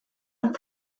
and